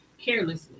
carelessly